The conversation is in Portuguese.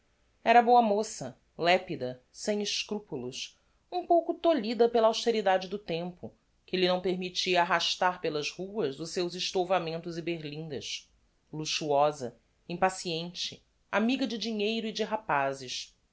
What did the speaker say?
era boa moça lepida sem escrupulos um pouco tolhida pela austeridade do tempo que lhe não permittia arrastar pelas ruas os seus estouvamentos e berlindas luxuosa impaciente amiga de dinheiro e de rapazes